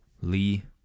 Lee